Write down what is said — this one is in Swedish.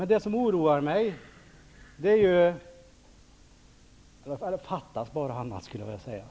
A very clever answer, my dear